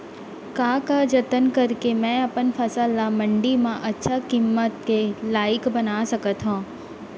का का जतन करके मैं अपन फसल ला मण्डी मा अच्छा किम्मत के लाइक बना सकत हव?